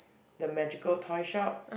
the magical toy shop